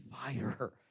Fire